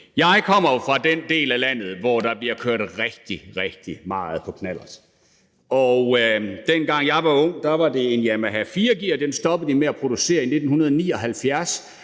Jeg kommer jo fra den del af landet, hvor der bliver kørt rigtig, rigtig meget på knallert. Dengang jeg var ung, var det en Yamaha med fire gear. Den stoppede de med at producere i 1979.